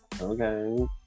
Okay